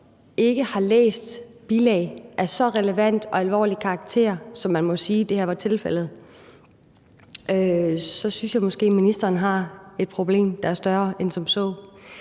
ikke har læst bilag af så relevant og alvorlig karakter, som man må sige var tilfældet her, så synes jeg måske, at ministeren har et problem, der er større end som så.